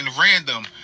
random